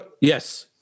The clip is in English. Yes